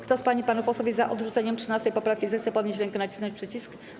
Kto z pań i panów posłów jest za odrzuceniem 13. poprawki, zechce podnieść rękę i nacisnąć przycisk.